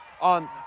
on